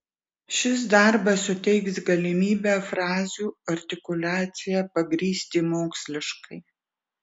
šis darbas suteiks galimybę frazių artikuliaciją pagrįsti moksliškai